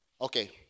okay